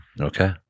Okay